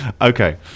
Okay